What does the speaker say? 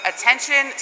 attention